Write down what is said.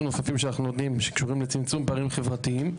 נוספים שאנחנו נותנים שקשורים לצמצום פערים חברתיים.